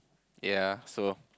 ya so